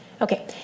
okay